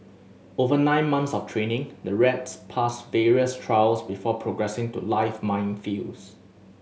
over nine months of training the rats pass various trials before progressing to live minefields